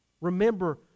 Remember